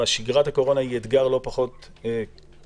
אבל שגרת הקורונה היא אתגר לא פחות גדול,